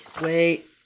wait